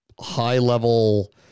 high-level